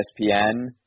ESPN